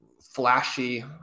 flashy